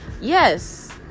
Yes